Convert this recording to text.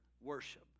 worship